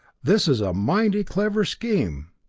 this is a mighty clever scheme!